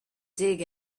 dig